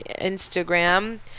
Instagram